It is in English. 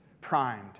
primed